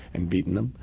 and beaten them.